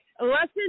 lesson